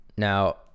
Now